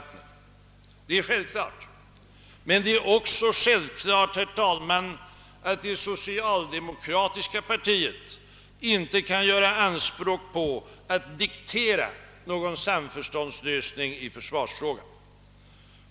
Så är det naturligtvis. Men det är också så, herr talman, att det socialdemokratiska partiet inte kan göra anspråk på att diktera någon samförståndslösning i försvarsfrågan.